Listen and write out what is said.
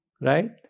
right